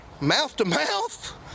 mouth-to-mouth